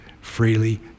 freely